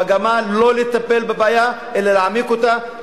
מגמה לא לטפל בבעיה אלא להעמיק אותה,